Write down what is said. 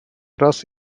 раз